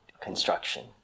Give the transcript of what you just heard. construction